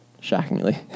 shockingly